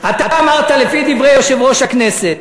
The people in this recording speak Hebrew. אתה אמרת, לפי דברי יושב-ראש הכנסת: